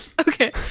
Okay